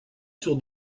sur